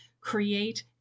create